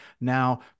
now